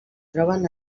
troben